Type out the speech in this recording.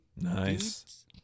Nice